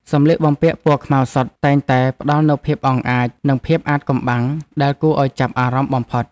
សម្លៀកបំពាក់ពណ៌ខ្មៅសុទ្ធតែងតែផ្តល់នូវភាពអង់អាច និងភាពអាថ៌កំបាំងដែលគួរឱ្យចាប់អារម្មណ៍បំផុត។